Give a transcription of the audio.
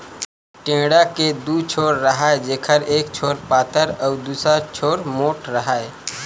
टेंड़ा के दू छोर राहय जेखर एक छोर पातर अउ दूसर छोर मोंठ राहय